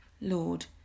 Lord